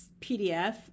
PDF